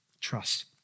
Trust